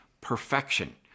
perfection